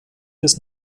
bis